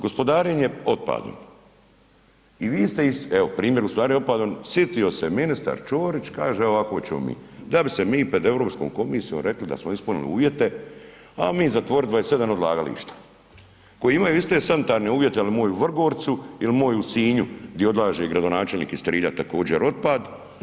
Gospodarenje otpadom i vi ste iz evo primjer otpadom, sitio se ministar Ćorić kaže ovako ćemo mi, da bi se mi pred Europskom komisijom rekli da smo ispunili uvjete, ajmo mi zatvoriti 27 odlagališta koji imaju iste sanitarne uvjete jel moj u Vrgorcu jel moj u Sinju gdje odlaže gradonačelnik iz Trilja također otpad.